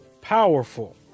powerful